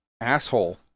asshole